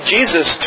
Jesus